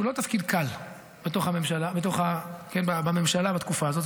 שהוא לא תפקיד קל בממשלה בתקופה הזאת,